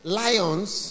lions